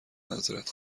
معذرت